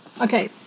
Okay